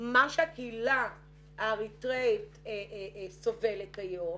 מה שהקהילה האריתראית סובלת היום,